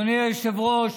אדוני היושב-ראש,